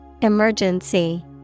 Emergency